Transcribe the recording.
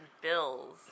Bill's